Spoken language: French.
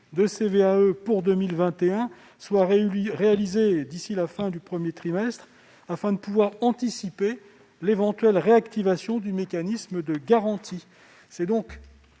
de CVAE pour 2021 soit réalisé d'ici à la fin du premier trimestre afin de pouvoir anticiper l'éventuelle réactivation du mécanisme de garantie.